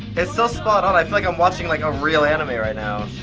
it's so spot-on. i feel like i'm watching like a real anime right now.